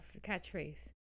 catchphrase